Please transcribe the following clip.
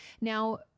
Now